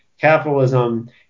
capitalism